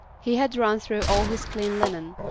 he had run through all his clean linen,